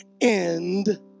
end